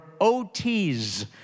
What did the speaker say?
OTs